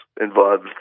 involved